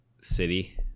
City